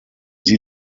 sie